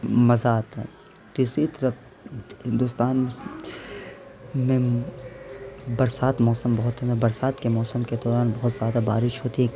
مزہ آتا ہے تو اسی طرح ہندوستان میں برسات موسم بہت ہیں میں برسات کے موسم کے دوران بہت زیادہ بارش ہوتی ہے